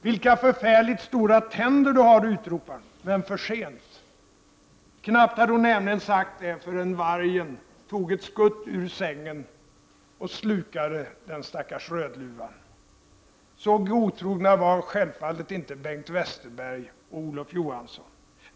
—- Vilka förfärligt stora tänder du har! utropade hon, men för sent. Knappt hade hon sagt det förrän vargen tog ett skutt ur sängen och slukade den stackars Rödluvan. Så godtrogna var självfallet inte Bengt Westerberg och Olof Johansson.